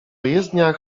jezdniach